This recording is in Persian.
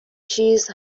چیز